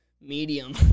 medium